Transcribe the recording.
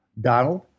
Donald